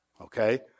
okay